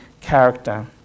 character